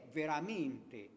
veramente